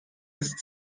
ist